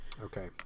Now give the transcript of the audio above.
okay